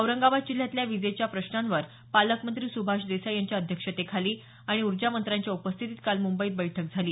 औरंगाबाद जिल्ह्यातल्या विजेच्या प्रश्नांवर पालकमंत्री सुभाष देसाई यांच्या अध्यक्षतेखाली आणि ऊर्जामंत्र्यांच्या उपस्थितीत काल मुंबईत बैठक झाली